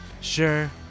Sure